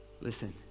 listen